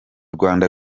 rwanda